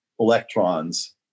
electrons